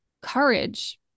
courage